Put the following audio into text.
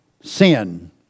sin